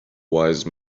wise